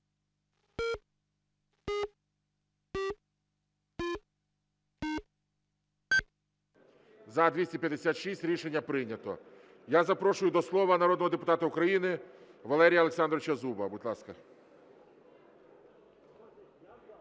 За-256 Рішення прийнято. Я запрошую до слова народного депутата України Валерія Олександровича Зуба. Будь ласка,